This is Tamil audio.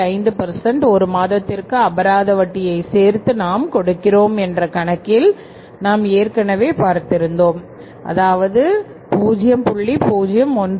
5 ஒரு மாதத்திற்கு அபராத வட்டியை சேர்த்து நாம் கொடுக்கிறோம் என்ற கணக்கில் நாம் ஏற்கனவே பார்த்திருந்தோம் அதாவது 0